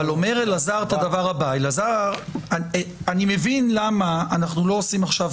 אבל אומר אלעזר את הדבר הבא: אני מבין למה אנחנו לא עושים עכשיו